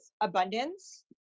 abundance